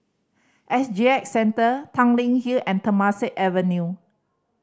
S G X Centre Tanglin Hill and Temasek Avenue